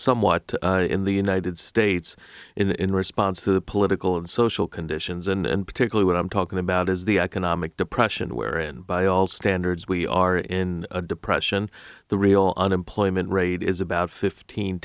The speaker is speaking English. somewhat in the united states in response to the political and social conditions and particularly what i'm talking about is the i cannot make depression where and by all standards we are in a depression the real unemployment rate is about fifteen